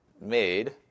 made